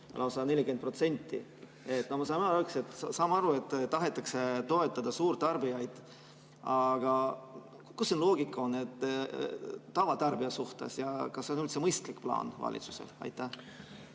lausa 40%. Saame aru, et tahetakse toetada suurtarbijaid, aga kus siin loogika on tavatarbija suhtes ja kas see on üldse mõistlik plaan valitsusel? Aitäh!